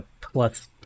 plus